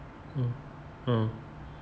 mmhmm